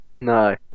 No